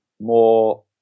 More